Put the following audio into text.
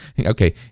okay